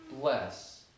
bless